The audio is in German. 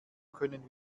können